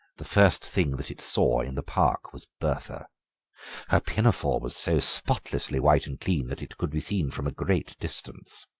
the first thing that it saw in the park was bertha her pinafore was so spotlessly white and clean that it could be seen from a great distance.